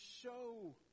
show